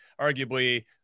arguably